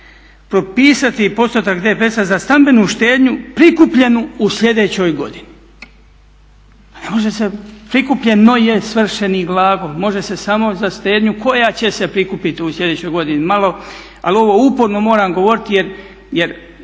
propisati postotak DPS-a za stambenu štednju prikupljenu u sljedećoj godini". Prikupljeno je svršeni glagol, može se samo za štednju koja će se prikupiti u sljedećoj godini. Ali ovo uporno moram govoriti jer